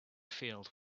field